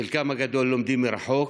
הסטודנטים, חלקם הגדול לומדים מרחוק,